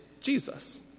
Jesus